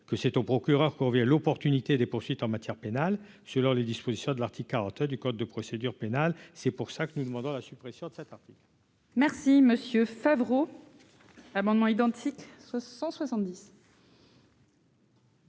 que c'est au procureur l'opportunité des poursuites en matière pénale, selon les dispositions de l'article 40 du code de procédure pénale, c'est pour ça que nous demandons la suppression de 7. Merci monsieur Favreau amendements identiques, ce 170.